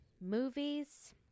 Movies